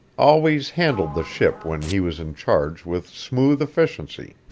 always handled the ship when he was in charge with smooth efficiency.